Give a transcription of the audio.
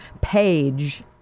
page